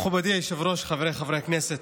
מכובדי היושב-ראש, חבריי חברי הכנסת,